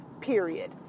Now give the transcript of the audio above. period